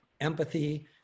empathy